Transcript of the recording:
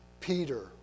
Peter